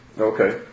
Okay